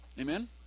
Amen